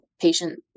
patient